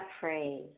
phrase